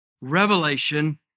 Revelation